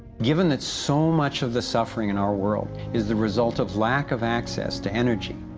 given that so much of the suffering in our world is the result of lack of access to energy,